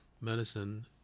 medicine